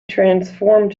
transformed